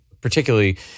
particularly